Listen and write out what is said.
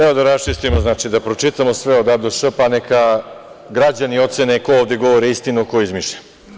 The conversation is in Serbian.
Evo da raščistimo, da pročitamo sve od A do Š, pa neka građani ocene ko ovde govori istinu, ko izmišlja.